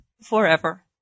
forever